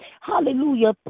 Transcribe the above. hallelujah